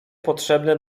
potrzebne